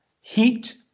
heat